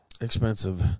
expensive